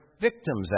victims